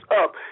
up